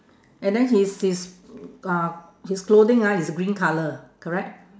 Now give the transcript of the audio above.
and then his his uh his clothing ah is green colour correct